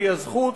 והיא הזכות